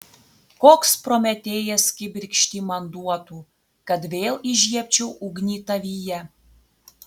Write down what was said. koks prometėjas kibirkštį man duotų kad vėl įžiebčiau ugnį tavyje